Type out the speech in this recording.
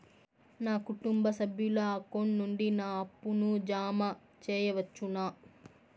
నా కుటుంబ సభ్యుల అకౌంట్ నుండి నా అప్పును జామ సెయవచ్చునా?